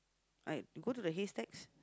alright you go to the haystacks